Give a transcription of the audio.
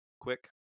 Quick